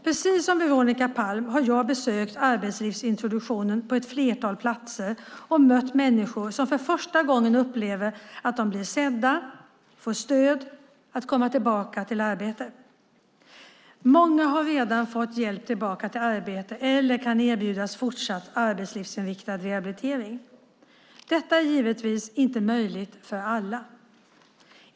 Precis som Veronica Palm har jag besökt arbetslivsintroduktionen på ett flertal platser och mött människor som för första gången upplever att de blir sedda och får stöd för att komma tillbaka i arbete. Många har redan fått hjälp tillbaka till arbete eller kan erbjudas fortsatt arbetslivsinriktad rehabilitering. Detta är givetvis inte möjligt för alla.